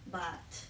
but